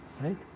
Right